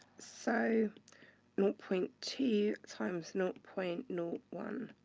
so naught point two, times naught point naught one.